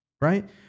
right